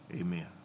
Amen